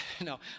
no